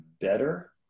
better